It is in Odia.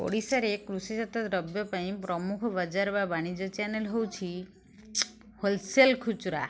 ଓଡ଼ିଶାରେ କୃଷି ଜାତ ଦ୍ରବ୍ୟ ପାଇଁ ପ୍ରମୁଖ ବଜାର ବା ବାଣିଜ୍ୟ ଚ୍ୟାନେଲ୍ ହଉଛି ହୋଲ୍ସେଲ୍ ଖୁଚୁରା